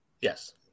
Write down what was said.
yes